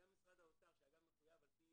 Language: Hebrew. כמו משרד האוצר, שאגב מחויב על פי